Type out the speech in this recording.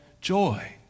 joy